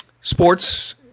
sports